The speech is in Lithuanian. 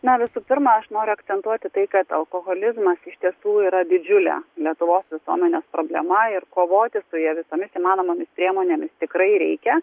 na visų pirma aš noriu akcentuoti tai kad alkoholizmas iš tiesų yra didžiulė lietuvos visuomenės problema ir kovoti su ja visomis įmanomomis priemonėmis tikrai reikia